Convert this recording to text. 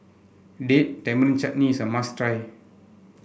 Date Tamarind Chutney is must try